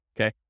Okay